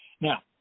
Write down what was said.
Now